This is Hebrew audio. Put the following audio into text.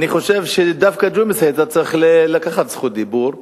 אני חושב, ג'ומס, שהיית צריך לקחת זכות דיבור,